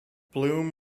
bloom